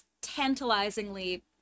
tantalizingly